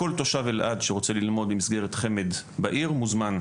כל תושב אלעד שרוצה ללמוד במסגרת חמ"ד בעיר מוזמן.